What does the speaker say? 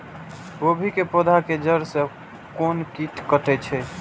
गोभी के पोधा के जड़ से कोन कीट कटे छे?